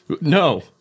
No